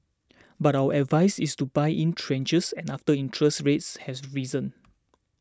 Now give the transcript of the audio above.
but our advice is to buy in tranches and after interest rates has to risen